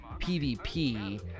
pvp